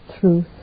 truth